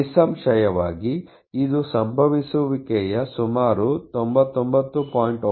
ನಿಸ್ಸಂಶಯವಾಗಿ ಇದು ಸಂಭವಿಸುವಿಕೆಯ ಸುಮಾರು 99